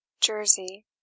jersey